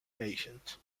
agent